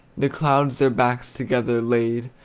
the clouds their backs together laid,